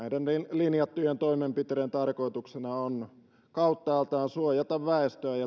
linjattujen toimenpiteiden tarkoituksena on kauttaaltaan suojata väestöä